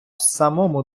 самому